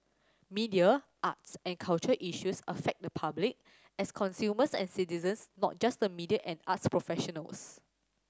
media arts and culture issues affect the public as consumers and citizens not just the media and arts professionals